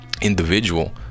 individual